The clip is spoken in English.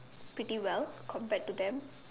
pretty well compared to them